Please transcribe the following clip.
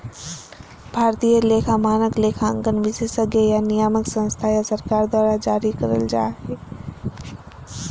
भारतीय लेखा मानक, लेखांकन विशेषज्ञ या नियामक संस्था या सरकार द्वारा जारी करल जा हय